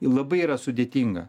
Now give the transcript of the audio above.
labai yra sudėtinga